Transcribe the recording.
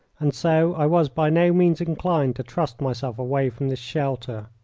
and so i was by no means inclined to trust myself away from this shelter.